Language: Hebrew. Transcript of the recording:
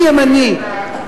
אני ימני,